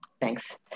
Thanks